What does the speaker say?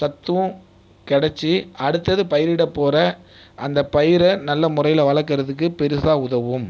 சத்தும் கெடைச்சி அடுத்தது பாயிரிட போகிற அந்த பயிரை நல்ல முறையில் வளக்கிறதுக்கு பெருசாக உதவும்